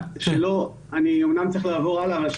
אני אמנם צריך לעבור הלאה.